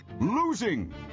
losing